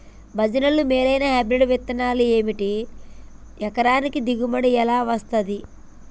భజనలు మేలైనా హైబ్రిడ్ విత్తనాలు ఏమిటి? ఎకరానికి దిగుబడి ఎలా వస్తది?